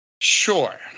Sure